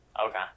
Okay